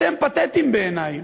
אתם פתטיים בעיני.